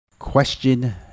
Question